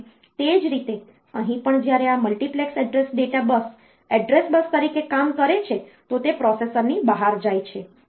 અને તે જ રીતે અહીં પણ જ્યારે આ multiplex address data bus address bus તરીકે કામ કરે છે તો તે પ્રોસેસરની બહાર જાય છે